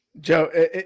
Joe